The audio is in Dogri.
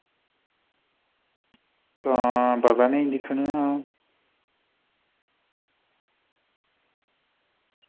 तां पता नी दिक्खने आं